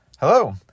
Hello